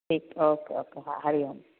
ठीकु okay okay हा हरि ओम